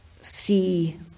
see